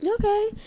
Okay